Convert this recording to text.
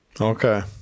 okay